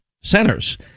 centers